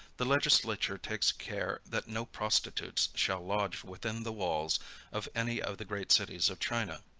the legislature takes care that no prostitutes shall lodge within the walls of any of the great cities of china.